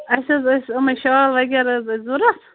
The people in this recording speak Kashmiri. أسۍ حظ ٲسۍ یِمَے شال وغیرہ حظ اَسہِ ضوٚرَتھ